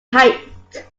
height